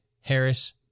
Harris